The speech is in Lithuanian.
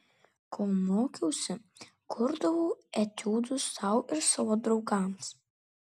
kol mokiausi kurdavau etiudus sau ir savo draugams